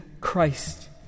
Christ